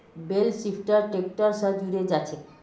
बेल lifter tractor स जुड़े जाछेक